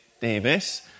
Davis